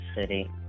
city